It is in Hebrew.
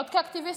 עוד כאקטיביסטית,